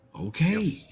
Okay